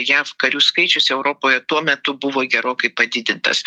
jav karių skaičius europoje tuo metu buvo gerokai padidintas